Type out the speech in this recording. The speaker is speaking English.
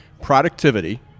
productivity